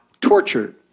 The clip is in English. tortured